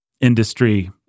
industry